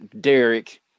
Derek